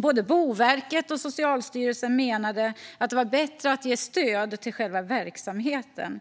Både Boverket och Socialstyrelsen menade att det var bättre att ge stöd till själva verksamheten